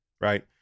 right